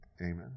Amen